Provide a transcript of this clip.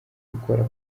gukora